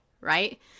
Right